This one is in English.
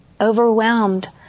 overwhelmed